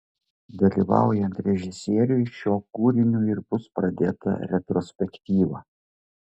dalyvaujant režisieriui šiuo kūriniu ir bus pradėta retrospektyva